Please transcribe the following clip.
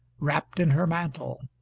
wrapped in her mantle.